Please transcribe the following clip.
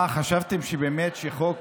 מה, באמת חשבתם שחוק